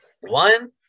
one